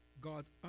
God's